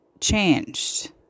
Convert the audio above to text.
changed